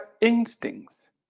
instincts